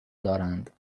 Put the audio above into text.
دارند